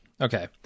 okay